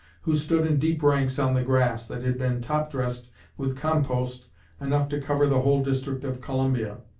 who stood in deep ranks on the grass, that had been top-dressed with compost enough to cover the whole district of columbia,